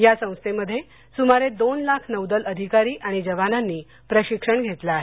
या संस्थेमध्ये सुमारे दोन लाख नौदल अधिकारी आणि जवानांनी प्रशिक्षण घेतलं आहे